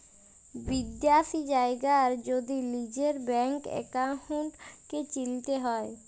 বিদ্যাশি জায়গার যদি লিজের ব্যাংক একাউল্টকে চিলতে হ্যয়